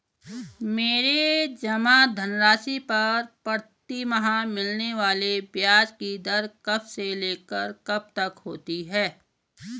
मेरे जमा धन राशि पर प्रतिमाह मिलने वाले ब्याज की दर कब से लेकर कब तक होती है?